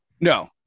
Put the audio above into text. no